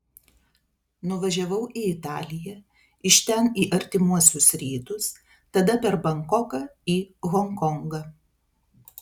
nuvažiavau į italiją iš ten į artimuosius rytus tada per bankoką į honkongą